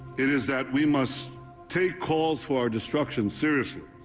it is that we must take calls for our destruction seriously.